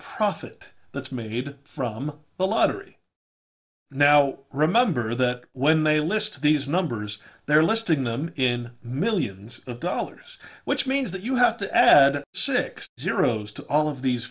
profit that's made from the lottery now remember that when they list these numbers they're listing them in millions of dollars which means that you have to add six zeros to all of these